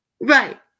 right